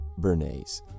Bernays